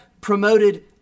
promoted